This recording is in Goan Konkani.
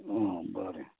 आ बरें